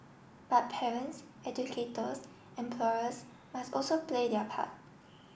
but parents educators employers must also play their part